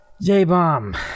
J-Bomb